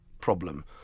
problem